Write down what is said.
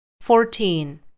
Fourteen